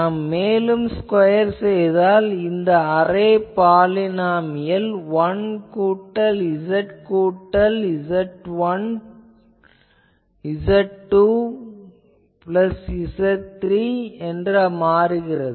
நான் இதை ஸ்கொயர் செய்தால் நமக்கு அரே பாலினாமியல் 1 கூட்டல் Z கூட்டல் Z2 கூட்டல் Z3 கூட்டல் Z4 என்று கிடைக்கிறது